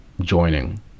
joining